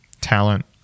talent